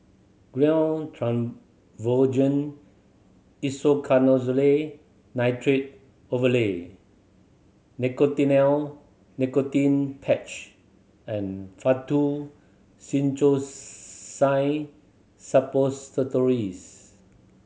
Gyno Travogen Isoconazole Nitrate Ovule Nicotinell Nicotine Patch and Faktu Cinchocaine Suppositories